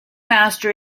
master